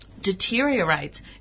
deteriorates